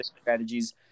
strategies